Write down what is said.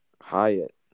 Hyatt